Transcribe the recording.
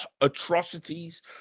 atrocities